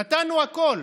נתנו הכול,